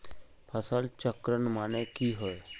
फसल चक्रण माने की होय?